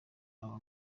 aba